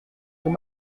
sous